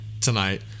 tonight